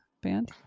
band